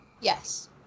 Yes